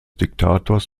diktators